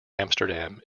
amsterdam